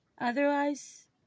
Otherwise